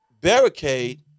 barricade